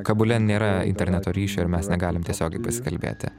kabule nėra interneto ryšio ir mes negalim tiesiogiai pasikalbėti